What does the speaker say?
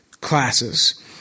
classes